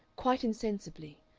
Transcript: quite insensibly,